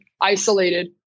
isolated